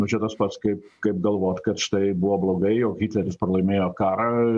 nu čia tas pats kaip kaip galvot kad štai buvo blogai jog hitleris pralaimėjo karą